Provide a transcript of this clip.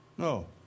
No